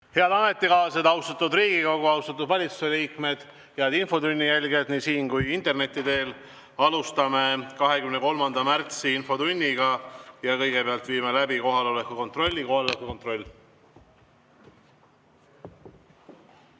Head ametikaaslased! Austatud Riigikogu! Austatud valitsusliikmed! Head infotunni jälgijad nii siin kui ka interneti teel! Alustame 23. märtsi infotundi. Kõigepealt viime läbi kohaloleku kontrolli. Kohaloleku kontroll. Head